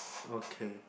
okay